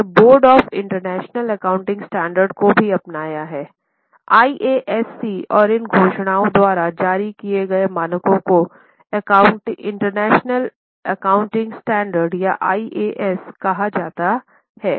इसने board of international accounting standard को भी अपनाया है IASC और इन घोषणाओं द्वारा जारी किए गए मानक को इंटरनेशनल अकाउंटिंग स्टैंडर्ड या IAS कहा जाता है